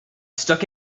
stuck